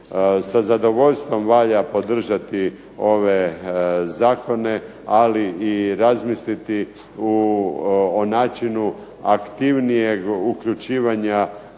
Sa zadovoljstvo valja podržati ove zakone ali i razmisliti o načinu aktivnijeg uključivanja